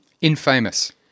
infamous